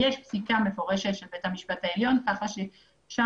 יש פסיקה מפורשת של בית המשפט העליון כך ששם